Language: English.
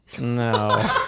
No